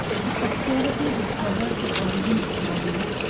the obscurity which covered the origin of claudius,